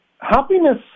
Happiness